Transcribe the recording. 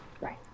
Right